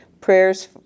prayers